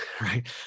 right